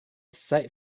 sight